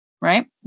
right